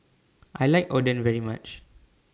I like Oden very much